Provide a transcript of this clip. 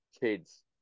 Kids